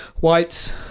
Whites